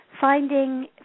finding